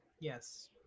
yes